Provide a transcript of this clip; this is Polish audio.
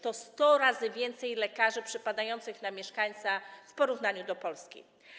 To 100 razy więcej lekarzy przypadających na mieszkańca w porównaniu z Polską.